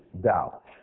doubt